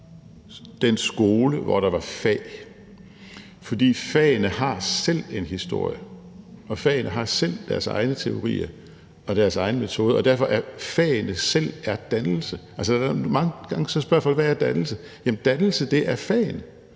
den skole, hvor der var fag, for fagene har selv en historie, og fagene har selv deres egne teorier og deres egne metoder. Derfor er fagene selv dannelse. Mange gange spørger folk, hvad dannelse er. Jamen dannelse er fagene